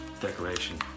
decoration